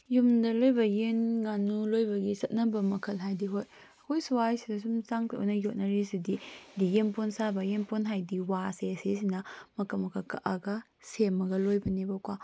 ꯌꯨꯝꯗ ꯂꯣꯏꯕ ꯌꯦꯟ ꯉꯥꯅꯨ ꯂꯣꯏꯕꯒꯤ ꯆꯠꯅꯕ ꯃꯈꯜ ꯍꯥꯏꯗꯤ ꯍꯣꯏ ꯑꯩꯈꯣꯏ ꯁ꯭ꯋꯥꯏꯁꯤꯗꯁꯨ ꯁꯨꯝ ꯆꯥꯡꯗ ꯌꯣꯛꯅꯔꯤꯁꯤꯗꯤ ꯌꯦꯟꯄꯣꯟ ꯁꯥꯕ ꯌꯦꯡꯄꯣꯟ ꯍꯥꯏꯗꯤ ꯋꯥꯁꯦ ꯁꯤꯁꯤꯅ ꯃꯀꯛ ꯃꯀꯛ ꯀꯛꯑꯥꯒ ꯁꯦꯝꯃꯒ ꯂꯣꯏꯕꯅꯦꯕꯀꯣ